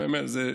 גם היושב-ראש.